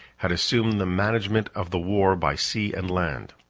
had assumed the management of the war by sea and land.